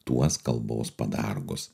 tuos kalbos padargus